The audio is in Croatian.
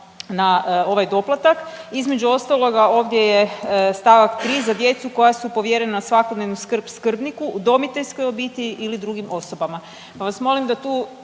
na ovaj doplatak. Između ostaloga ovdje je st. 3. za djecu koja su povjerena na svakodnevnu skrb skrbniku u udomiteljskoj obitelji ili drugim osobama,